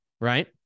right